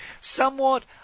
Somewhat